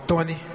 Tony